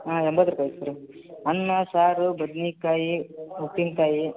ಹಾಂ ಎಂಬತ್ತು ರೂಪಾಯಿ ಐತೆ ಸರ ಅನ್ನ ಸಾರು ಬದ್ನೆಕಾಯಿ ಉಪ್ಪಿನಕಾಯಿ